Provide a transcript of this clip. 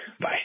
Bye